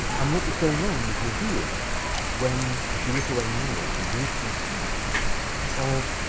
um what was going on was revealed when if you look away now. it's a gruesome slide of